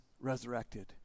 resurrected